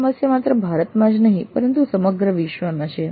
આ સમસ્યા માત્ર ભારતમાં જ નહીં પરંતુ સમગ્ર વિશ્વમાં છે